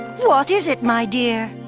what is it, my dear?